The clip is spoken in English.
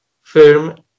firm